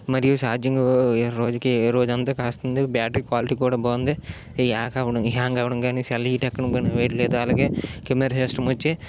మరియు ఛార్జింగ్ ఏ రోజుకి రోజంతా కాస్తుంది బ్యాటరీ క్వాలిటీ కూడా బాగుంది ఈ హ్యాగ్ అవ్వడం హ్యాంగ్ అవ్వడం కానీ సెల్ హీట్ ఎక్కడం కానీ అవి ఏమి లేదు అలాగే కెమెరా సిస్టమ్ వచ్చి